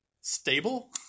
stable